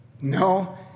No